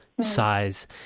size